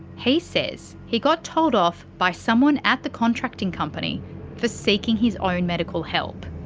he says he got told off by someone at the contracting company for seeking his own medical help.